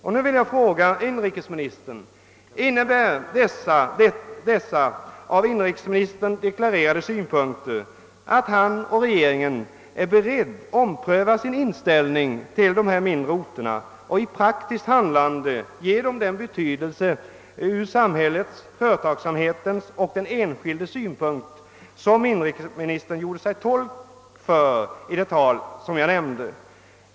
Jag vill fråga inrikesministern: Innebär dessa av inrikesministern deklarerade synpunkter att han — och rege ringen — nu är beredda att ompröva sin inställning till dessa mindre orter och i praktiskt handlande ge dem den betydelse för samhället, företagsamheten och den enskilde som han gjorde sig till tolk för i det tal jag nämnde?